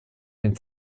den